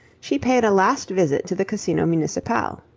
she paid a last visit to the casino municipale.